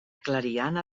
clariana